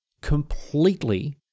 completely